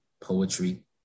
Poetry